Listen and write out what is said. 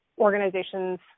organizations